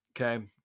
okay